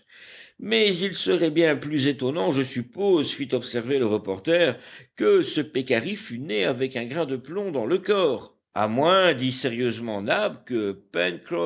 mais il serait bien plus étonnant je suppose fit observer le reporter que ce pécari fût né avec un grain de plomb dans le corps à moins dit sérieusement nab que